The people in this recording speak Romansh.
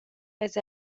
eis